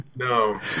No